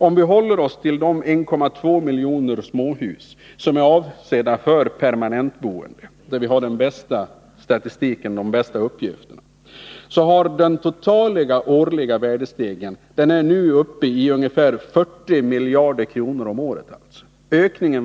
Om vi håller oss till de 1,2 miljoner småhus avsedda för permanentboende — vi har där den bästa statistiken — finner vi att den totala årliga värdestegringen har uppgått till ungefär 40 miljarder kronor om året.